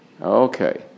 Okay